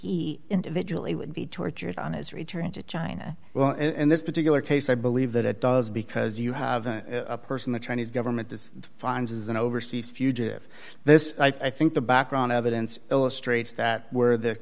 he individually would be tortured on his return to china well in this particular case i believe that it does because you have a person the chinese government does finds is an overseas fugitive this i think the background evidence illustrates that where the